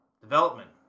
development